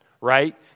right